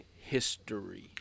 history